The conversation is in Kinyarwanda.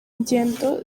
ngendo